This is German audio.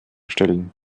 stellen